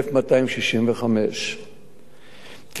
1,265. כפי שאנו רואים,